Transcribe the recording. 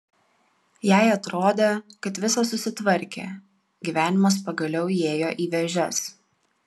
jai atrodė kad visa susitvarkė gyvenimas pagaliau įėjo į vėžes